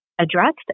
addressed